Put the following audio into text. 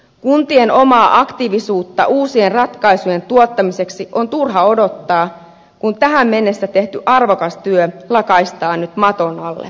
kuntien omaa aktiivisuutta uusien ratkaisujen tuottamiseksi on turha odottaa kun tähän mennessä tehty arvokas työ lakaistaan nyt maton alle